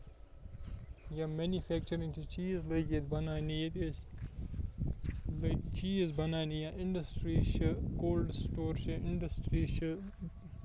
یا مینِفیکچُرِنگ چیٖز لٔگۍ یتہِ بَناونہِ ییٚتہِ أسۍ لگۍ چیٖز بَناونہِ یا اِنڈسٹریٖز چھِ کولد سِٹور چھِ اِنڈسٹریٖز چھِ